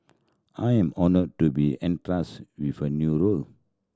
I am honoured to be entrust with a new role